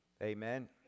Amen